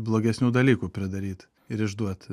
blogesnių dalykų pridaryt ir išduot